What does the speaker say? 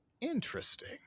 Interesting